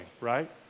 right